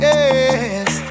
Yes